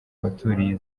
baturiye